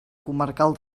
comarcal